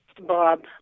Bob